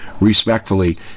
respectfully